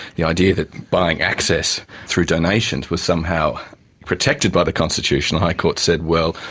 the idea that buying access through donations was somehow protected by the constitution, the high court said, well,